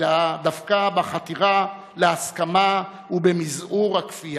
אלא דווקא בחתירה להסכמה ובמזעור הכפייה.